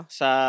sa